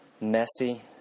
messy